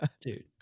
Dude